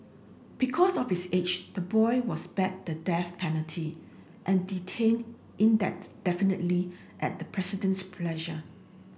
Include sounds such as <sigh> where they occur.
because of his age the boy was spared the death penalty and detained <unintelligible> at the President's pleasure